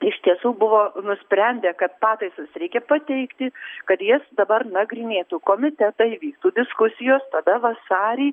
iš tiesų buvo nusprendę kad pataisas reikia pateikti kad jas dabar nagrinėtų komitetai vyktų diskusijos tada vasarį